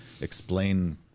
explain